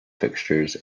fixtures